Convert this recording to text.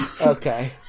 Okay